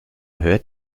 hört